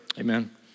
Amen